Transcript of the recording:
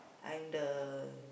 I'm the